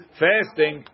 fasting